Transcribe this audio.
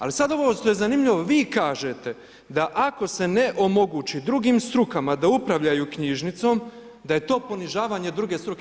Ali sad ovo što je zanimljivo vi kažete da ako se ne omogući drugim strukama da upravljaju knjižnicom da je to ponižavanje druge struke.